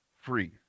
free